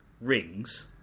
rings